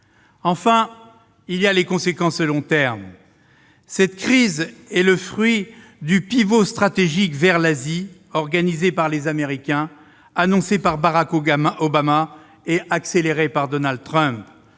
Enfin, il y a les conséquences de long terme. Cette crise est le fruit du « pivot stratégique » vers l'Asie organisé par les Américains, annoncé par Barack Obama et accéléré par Donald Trump